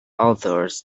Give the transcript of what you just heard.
authors